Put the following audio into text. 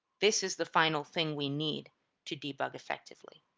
this is the final thing we need to debug effectively.